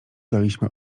daliśmy